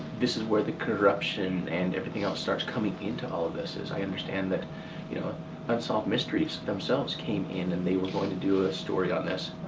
this is where the corruption and everything else starts coming in to all of this is i understand that you know unsolved mysteries themselves came in and they were going to do a story on this,